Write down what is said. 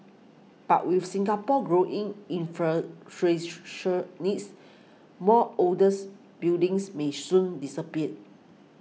but with Singapore's growing infrastructural needs more olders buildings may soon disappear